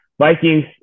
Vikings